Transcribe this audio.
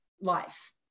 life